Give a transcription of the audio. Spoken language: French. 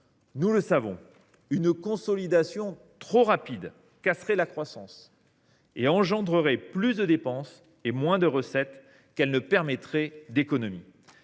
Nous le savons, une consolidation trop rapide casserait la croissance et engendrerait plus de dépenses et moins de recettes qu’elle ne permettrait d’économies.